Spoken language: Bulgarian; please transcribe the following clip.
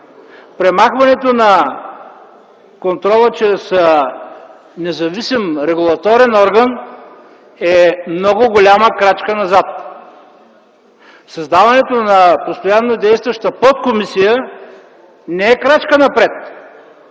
Премахването на контрола чрез независим регулаторен орган е много голяма крачка назад. Създаването на постоянно действаща подкомисия не е крачка напред.